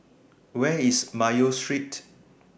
Where IS Mayo Street